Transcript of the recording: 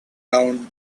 down